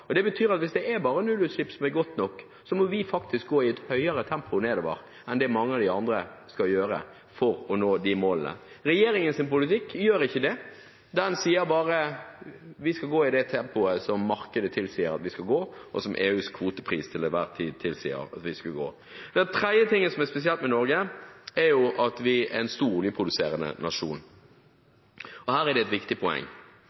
og det betyr at hvis det bare er nullutslipp som er godt nok, må vi faktisk gå nedover i et høyere tempo enn det mange av de andre skal gjøre for å nå de målene. Regjeringens politikk gjør ikke det. Den sier bare: Vi skal gå i det tempoet som markedet tilsier at vi skal gå, og som EUs kvotepris til enhver tid tilsier at vi skal gå. Den tredje tingen som er spesielt med Norge, er at vi er en stor oljeproduserende nasjon. Her er det et viktig poeng,